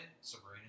Sabrina